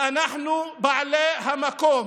ואנחנו בעלי המקום.